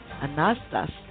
Anastas